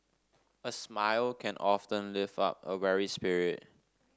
a smile can often lift up a weary spirit